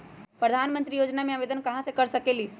प्रधानमंत्री योजना में आवेदन कहा से कर सकेली?